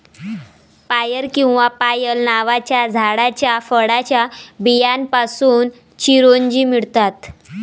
पायर किंवा पायल नावाच्या झाडाच्या फळाच्या बियांपासून चिरोंजी मिळतात